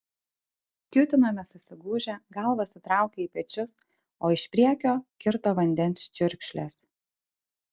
kiūtinome susigūžę galvas įtraukę į pečius o iš priekio kirto vandens čiurkšlės